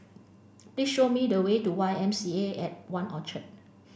please show me the way to Y M C A at One Orchard